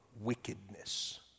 wickedness